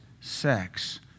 sex